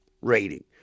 rating